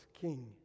king